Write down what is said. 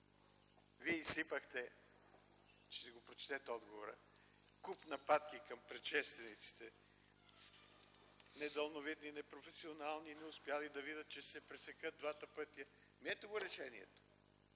Вие изсипахте, ще си прочетете отговора, куп нападки към предшествениците – недалновидни, непрофесионални, не успели да видят, че ще се пресекат двата пътя. Ами ето го решението.